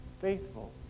Faithful